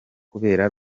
kubera